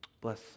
Bless